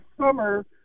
summer